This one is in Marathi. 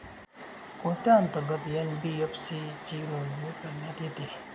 कोणत्या अंतर्गत एन.बी.एफ.सी ची नोंदणी करण्यात येते?